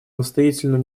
настоятельную